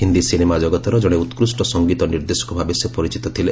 Hindi cinema ଜଗତର ଜଣେ ଉକ୍କୁଷ୍ଟ ସଂଗୀତ ନିର୍ଦ୍ଦେଶକ ଭାବେ ସେ ପରିଚିତ ଥିଲେ